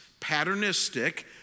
patternistic